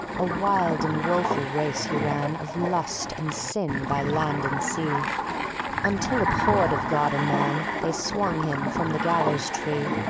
a wild and woeful race he ran of lust and sin by land and sea until, abhorred of god and man, they swung him from the gallows-tree.